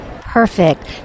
Perfect